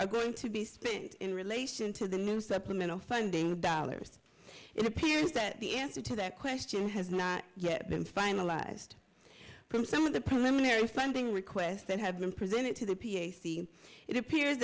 are going to be spent in relation to the new supplemental funding dollars it appears that the answer to that question has not yet been finalized from some of the preliminary funding requests that have been presented to the p s c it appears